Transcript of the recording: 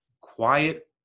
quiet